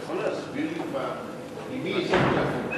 אתה יכול להסביר לי ממי זה כבוש?